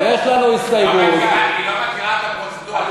יש לנו הסתייגות, היא לא מכירה את הפרוצדורה.